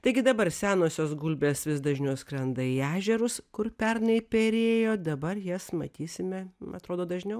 taigi dabar senosios gulbės vis dažniau skrenda į ežerus kur pernai perėjo dabar jas matysime atrodo dažniau